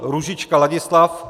Růžička Ladislav